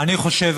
אני חושב,